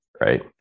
right